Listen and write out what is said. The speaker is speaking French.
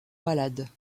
malades